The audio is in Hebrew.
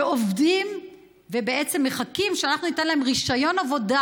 שעובדים ומחכים שאנחנו ניתן להם רישיון עבודה